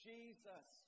Jesus